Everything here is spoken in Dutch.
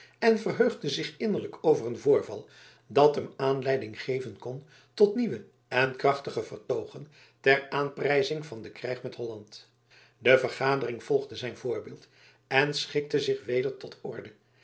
en verheugde zich innerlijk over een voorval dat hem aanleiding geven kon tot nieuwe en krachtige vertoogen ter aanprijzing van den krijg met holland de vergadering volgde zijn voorbeeld en schikte zich weder tot orde